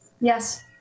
Yes